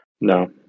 no